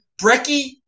Brecky